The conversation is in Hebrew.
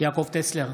יעקב טסלר,